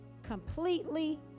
completely